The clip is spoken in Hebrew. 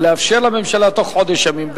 ולאפשר לממשלה בתוך חודש ימים,